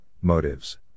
Motives